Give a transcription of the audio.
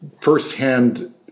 firsthand